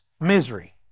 Misery